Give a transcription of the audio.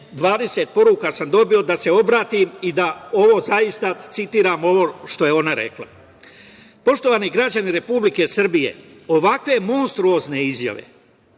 20 poruka sam dobio, da se obratim i da citiram ovo što je ona rekla. Poštovani građani Republike Srbije, ovakve monstruozne izjave